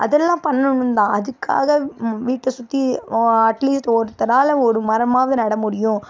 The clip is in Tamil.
அதெல்லாம் பண்ணணும் தான் அதுக்காக வீட்டை சுற்றி அட்லீஸ்ட் ஒருத்தரால் ஒரு மரமாவது நட முடியும்